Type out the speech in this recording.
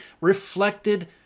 reflected